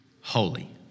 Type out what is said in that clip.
holy